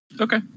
Okay